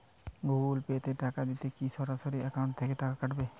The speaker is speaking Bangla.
গুগল পে তে টাকা দিলে কি সরাসরি অ্যাকাউন্ট থেকে টাকা কাটাবে?